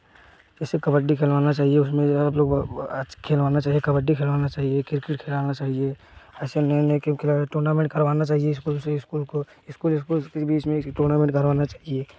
जैसे कबड्डी खेलवाना चाहिए उसमें जो है आप लोग खेलवाना चाहिए कबड्डी खेलवाना चाहिए क्रिकेट खेलने खिलाना चाहिए ऐसे नए नए गेम टूर्नामेंट करवाना चाहिए स्कूल से स्कूल को स्कूल स्कूल के बीच में टूर्नामेंट करवाना चाहिए